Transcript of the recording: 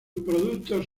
productos